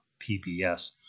PBS